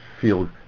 feel